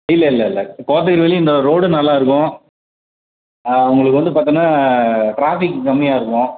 இல்லை இல்லை இல்லை கோத்தகிரி வழி இந்த ரோடு நல்லாயிருக்கும் உங்களுக்கு வந்து பார்த்தோன்னா ட்ராஃபிக் கம்மியாக இருக்கும்